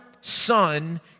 Son